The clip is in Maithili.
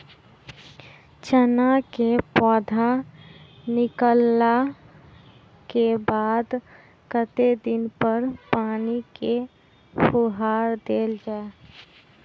चना केँ पौधा निकलला केँ बाद कत्ते दिन पर पानि केँ फुहार देल जाएँ?